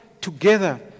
together